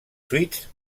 suites